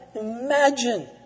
imagine